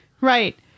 right